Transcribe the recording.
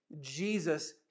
Jesus